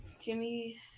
Jimmy